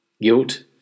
guilt